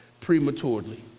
prematurely